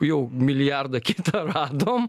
jau milijardą kitą radom